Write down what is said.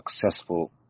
successful